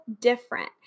different